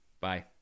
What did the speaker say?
Bye